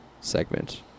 segment